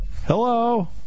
Hello